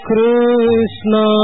Krishna